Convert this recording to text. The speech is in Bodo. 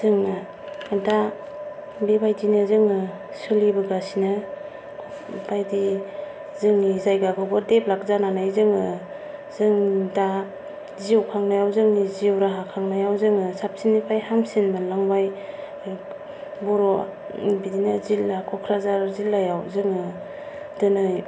जोङो दा बेबायदिनो जोङो सलिबोगासिनो बायदि जोंनि जायगाखौबो देभलप जानानै जोङो जों दा जिउ खांनायाव जोंनि जिउ राहा खांनायाव जोङो साबसिननिख्रुइ हामसिन मोनलांबाय बर' बिदिनो जिल्ला क'क्राझार जिल्लायाव जोङो दिनै